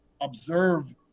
observe